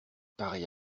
pareille